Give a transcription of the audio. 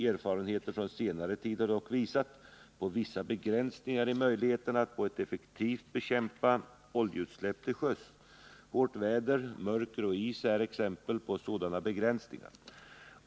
Erfarenheter från senare tid har dock visat på vissa begränsningar i möjligheterna att effektivt bekämpa oljeutsläpp till sjöss. Hårt väder, mörker och is är exempel på sådana begränsningar.